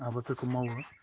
आबादफोरखौ मावो